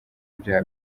ibyaha